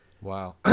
Wow